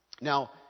Now